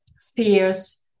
fears